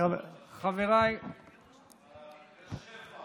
כבר התרגלנו, אדוני.